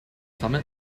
summit